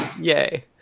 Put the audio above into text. Yay